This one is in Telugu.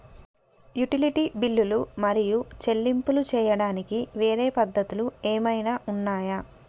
యుటిలిటీ బిల్లులు మరియు చెల్లింపులు చేయడానికి వేరే పద్ధతులు ఏమైనా ఉన్నాయా?